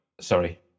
Sorry